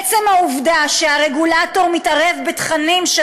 עצם העובדה שהרגולטור מתערב בתכנים של